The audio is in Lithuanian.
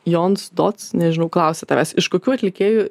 jon stots nežinau klausia tavęs iš kokių atlikėjų